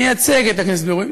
מייצג את הכנסת באירועים.